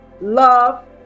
love